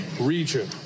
region